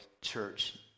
church